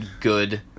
good